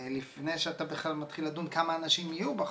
לפני שאתה בכלל מתחיל לדון כמה אנשים יהיו בחתונה.